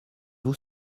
vous